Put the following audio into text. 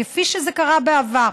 כפי שזה קרה בעבר.